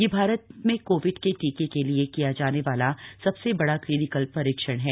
यह भारत में कोविड के टीके के लिए किया जाने वाला सबसे बड़ा क्लीनिकल रीक्षण है